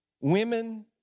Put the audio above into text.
women